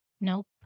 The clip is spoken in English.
Nope